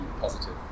positive